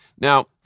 Now